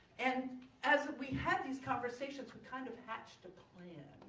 and as we had these conversations we kind of hatched a plan,